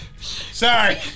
Sorry